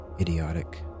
idiotic